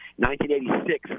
1986